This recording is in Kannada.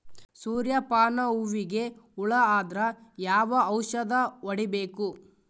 ಸೂರ್ಯ ಪಾನ ಹೂವಿಗೆ ಹುಳ ಆದ್ರ ಯಾವ ಔಷದ ಹೊಡಿಬೇಕು?